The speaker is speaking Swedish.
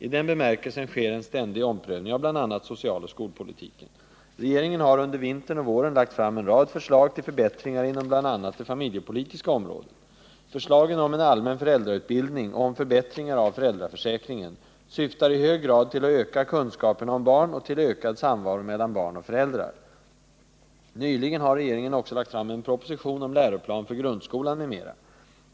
I den bemärkelsen sker en ständig omprövning av bl.a. socialoch skolpolitiken. Regeringen har under vintern och våren lagt fram en rad förslag till förbättringar inom bl.a. det familjepolitiska området. Förslagen om en allmän föräldrautbildning och om förbättringar av föräldraförsäkringen syftar i hög grad till att öka kunskaperna om barn och till ökad samvaro mellan barn och föräldrar. Nyligen har regeringen också lagt fram en proposition om läroplan för grundskolan m.m.